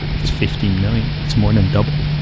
it's fifteen million. it's more than double.